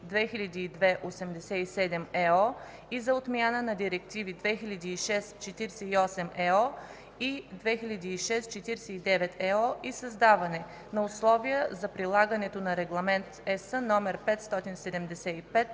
за отмяна на директиви 2006/48/ЕО и 2006/49/ЕО и създаване на условия за прилагането на Регламент (ЕС) №